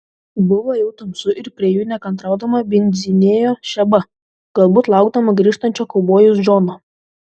buvo jau tamsu ir prie jų nekantraudama bindzinėjo šeba galbūt laukdama grįžtančio kaubojaus džono